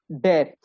death